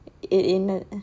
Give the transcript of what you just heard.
என்ன:enna